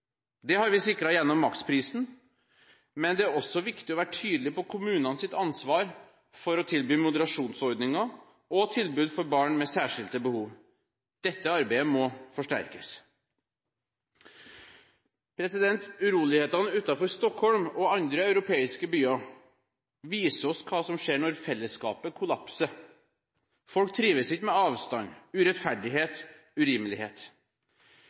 Det har vi sikret gjennom maksprisen, men det er også viktig å være tydelig på kommunenes ansvar for å tilby moderasjonsordninger og tilbud for barn med særskilte behov. Dette arbeidet må forsterkes. Urolighetene utenfor Stockholm og andre europeiske byer viser oss hva som skjer når fellesskapet kollapser. Folk trives ikke med avstand, urettferdighet og urimelighet.